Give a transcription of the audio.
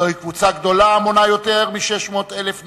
זו קבוצה גדולה, המונה יותר מ-600,000 נפש,